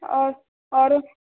आओर आओरो